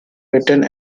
written